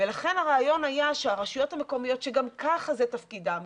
לכן הרעיון היה שהרשויות המקומיות שגם ככה זה תפקידן,